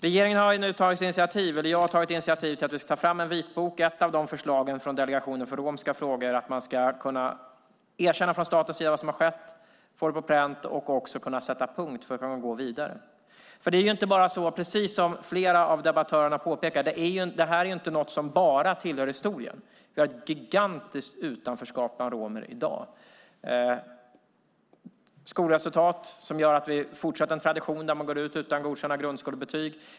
Jag har tagit initiativ till att ta fram en vitbok. Ett av förslagen från Delegationen för romska frågor är att man från statens sida ska erkänna vad som har skett, få det på pränt och också kunna sätta punkt och gå vidare. Precis som flera av debattörerna har påpekat är detta inte något som bara tillhör historien. Det finns ett gigantiskt utanförskap bland romer i dag. Skolresultaten innebär att man fortsätter en tradition där man går ut utan godkända grundskolebetyg.